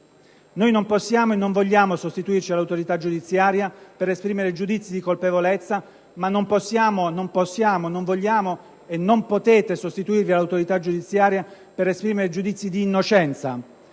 Noi non possiamo e non vogliamo sostituirci all'autorità giudiziaria per esprimere giudizi di colpevolezza, ma non possiamo e non vogliamo - e nemmeno voi potete farlo - sostituirci all'autorità giudiziaria per esprimere giudizi di innocenza.